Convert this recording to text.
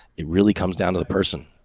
it really comes down to the person.